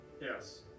Yes